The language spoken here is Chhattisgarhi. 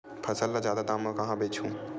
फसल ल जादा दाम म कहां बेचहु?